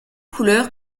couleur